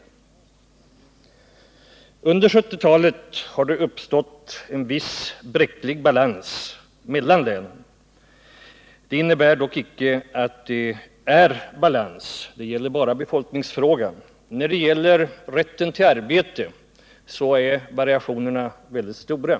Under 1970-talet har det uppstått en viss bräcklig balans mellan länen. Det innebär dock icke att det är balans. Det gäller bara befolkningsfrågan. När det gäller rätten till arbete är variationerna mycket stora.